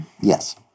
Yes